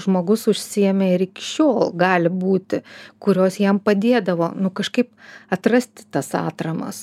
žmogus užsiėmė ir iki šiol gali būti kurios jam padėdavo nu kažkaip atrasti tas atramas